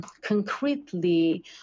concretely